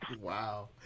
Wow